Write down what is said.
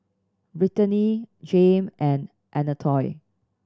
Brittani Jame and Anatole